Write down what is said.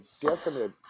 definite